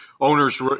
owners